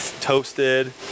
toasted